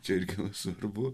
čia irgi svarbu